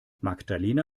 magdalena